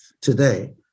today